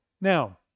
Now